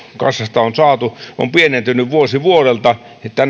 kassasta on saatu pienentynyt vuosi vuodelta